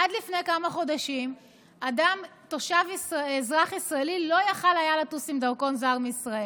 עד לפני כמה חודשים אזרח ישראלי לא היה יכול לטוס עם דרכון זר מישראל,